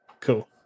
Cool